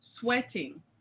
sweating